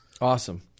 Awesome